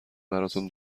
براتون